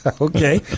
okay